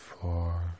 four